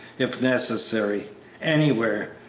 if necessary anywhere,